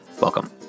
Welcome